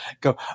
Go